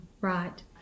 Right